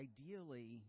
Ideally